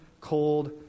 cold